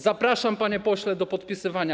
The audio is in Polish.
Zapraszam, panie pośle, do podpisywania.